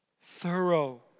thorough